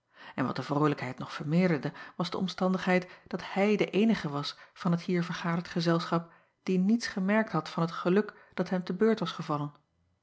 n wat de vrolijkheid nog vermeerderde was de omstandigheid dat hij de eenige was van het hier vergaderd gezelschap die niets gemerkt had van het geluk dat hem te beurt was gevallen